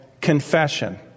confession